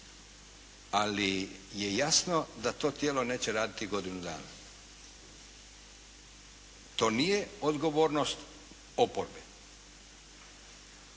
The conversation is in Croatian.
ali je jasno da to tijelo neće raditi godinu dana. To nije odgovornost oporbe.